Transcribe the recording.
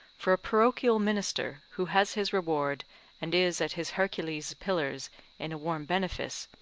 for a parochial minister, who has his reward and is at his hercules' pillars in a warm benefice,